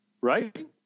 Right